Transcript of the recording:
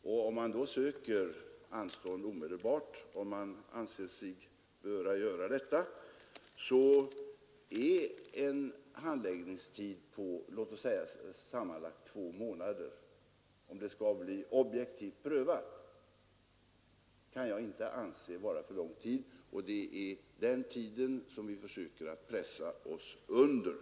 Söker han då omedelbart anstånd, om han anser sig böra göra detta, så kan jag inte anse att en handläggningstid på låt oss säga sammanlagt två månader är för lång, om ansökan skall bli objektivt prövad. Det är den tiden som vi försöker pressa oss under.